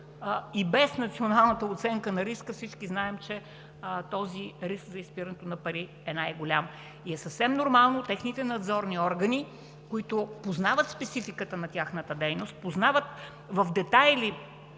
и без националната оценка на риска, всички знаем, че този риск за изпирането на пари е най-голям и е съвсем нормално техните надзорни органи, които познават спецификата на тяхната дейност, познават в детайли